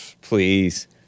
please